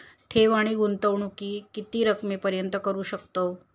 ठेव आणि गुंतवणूकी किती रकमेपर्यंत करू शकतव?